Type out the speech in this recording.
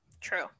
True